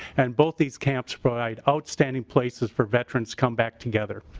and both these camps provide outstanding places for veterans come back together.